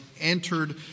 entered